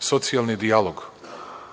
socijalni dijalog.